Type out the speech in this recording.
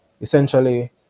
Essentially